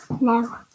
No